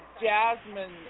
Jasmine